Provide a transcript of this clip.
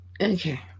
Okay